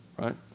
right